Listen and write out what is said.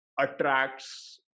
attracts